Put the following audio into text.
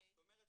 זאת אומרת,